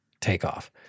takeoff